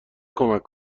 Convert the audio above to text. کمک